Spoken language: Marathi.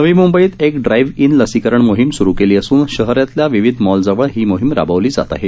नवी मूंबईत एक ड्राईव्ह इन लसीकरण मोहिम सुरु केली असून शहरातल्या विविध मॉलजवळ ही मोहिम राबवली जात आहे